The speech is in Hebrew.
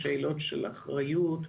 שאלות של אחריות,